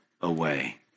away